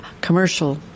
commercial